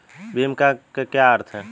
भीम का क्या अर्थ है?